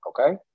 Okay